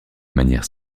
manière